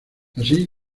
así